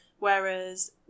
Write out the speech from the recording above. Whereas